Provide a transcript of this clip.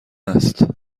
است